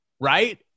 right